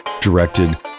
directed